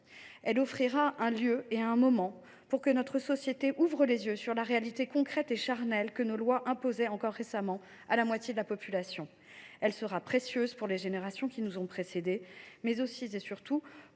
Elle offrira un lieu et un moment pour que notre société ouvre les yeux sur la réalité concrète et charnelle que nos lois imposaient encore récemment à la moitié de la population. Elle sera précieuse pour les générations qui nous ont précédés, mais aussi, et surtout, pour